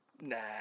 Nah